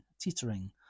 teetering